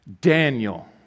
Daniel